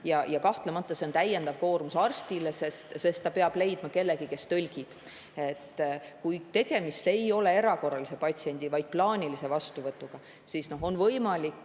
Kahtlemata see on täiendav koormus arstile, sest ta peab leidma kellegi, kes tõlgib. Kui tegemist ei ole erakorralise patsiendi, vaid plaanilise vastuvõtuga, siis on võimalik